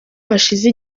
hashize